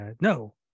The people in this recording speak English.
no